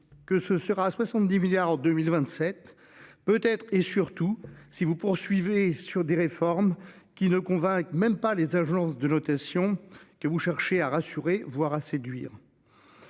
que ce sera 70 milliards en 2027 peut être et surtout si vous poursuivez sur des réformes qui ne convainc même pas les agences de notation que vous cherchez à rassurer, voire à séduire.